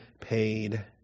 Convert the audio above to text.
paid